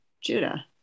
Judah